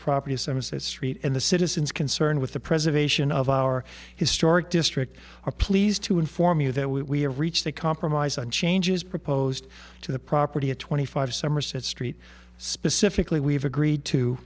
property services street and the citizens concerned with the preservation of our historic district are pleased to inform you that we have reached a compromise on changes proposed to the property at twenty five somerset street specifically we've agreed to